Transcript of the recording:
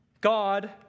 God